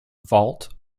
vault